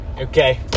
Okay